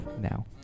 now